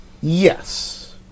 Yes